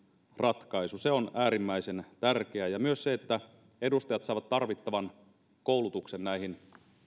ratkaisu se on äärimmäisen tärkeää ja myös se että edustajat saavat tarvittavan koulutuksen näihin